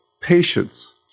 patience